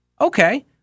okay